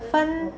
三